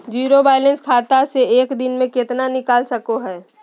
Zero balance खाता से एक दिन में कितना निकाल सको है?